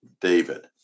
David